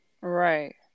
right